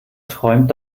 träumt